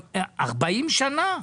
40 שנה?